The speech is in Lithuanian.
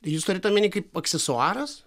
jūs turit omeny kaip aksesuaras